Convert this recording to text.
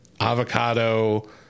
avocado